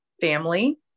family